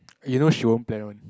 you know she won't plan one